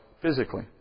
physically